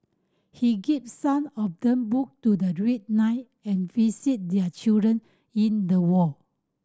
he gives some of them book to the read night and visit their children in the ward